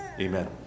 amen